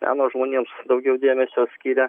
meno žmonėms daugiau dėmesio skiria